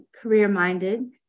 career-minded